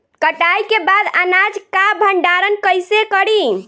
कटाई के बाद अनाज का भंडारण कईसे करीं?